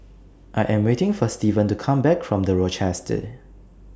I Am waiting For Steven to Come Back from The Rochester